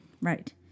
Right